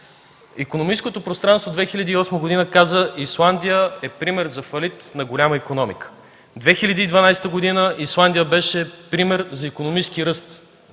Икономическото пространство през 2008 г. каза, че Исландия е пример за фалит на голяма икономика. През 2012 г. Исландия беше пример за икономически ръст.